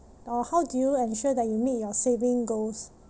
or how do you ensure that you meet your saving goals